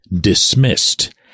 dismissed